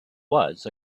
was